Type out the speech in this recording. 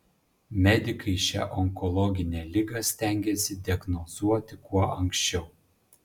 medikai šią onkologinę ligą stengiasi diagnozuoti kuo anksčiau